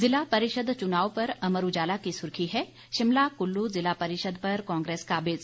जिला परिषद चुनाव पर अमर उजाला की सुर्खी है शिमला कुल्लू जिला परिषद पर कांग्रेस काबिज